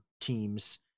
teams